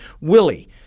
Willie